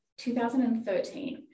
2013